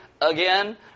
again